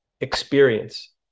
experience